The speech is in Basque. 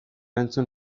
entzun